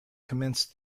commenced